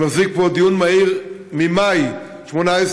אני מחזיק פה דיון מהיר ממאי 2018